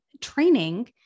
training